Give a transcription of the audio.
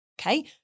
okay